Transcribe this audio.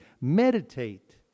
Meditate